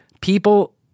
people